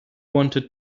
wanted